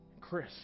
Chris